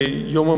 ביום המדע,